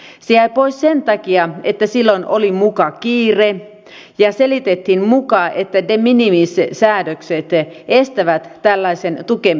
se jäi pois sen takia että silloin oli muka kiire ja selitettiin että de minimis säädökset muka estävät tällaisen tukemisen